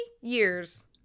years